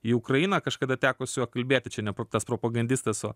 į ukrainą kažkada teko su juo kalbėti čia ne tas propagandistas o